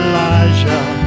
Elijah